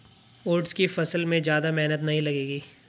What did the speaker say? oats की फसल में ज्यादा मेहनत नहीं लगेगी